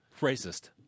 Racist